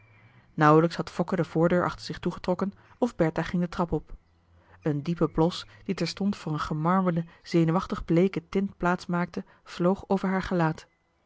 nauwelijks had fokke de voordeur achter zich toegetrokken of bertha ging de trap op een diepe blos die terstond voor een gemarmerde zenuwachtig bleeke tint plaatsmaakte vloog over haar gelaat